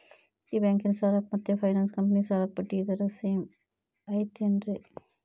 ಈ ಬ್ಯಾಂಕಿನ ಸಾಲಕ್ಕ ಮತ್ತ ಫೈನಾನ್ಸ್ ಕಂಪನಿ ಸಾಲಕ್ಕ ಬಡ್ಡಿ ದರ ಸೇಮ್ ಐತೇನ್ರೇ?